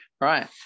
right